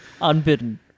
unbidden